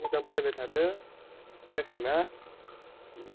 मोजां फरायबाय थादो फरिखा जासिगोननो